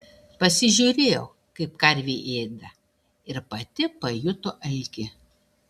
pasižiūrėjo kaip karvė ėda ir pati pajuto alkį